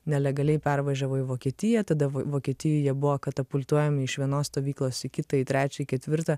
nelegaliai pervažiavo į vokietiją tada vokietijoje jie buvo katapultuojami iš vienos stovyklos į kitą į trečią į ketvirtą